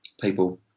people